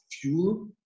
fuel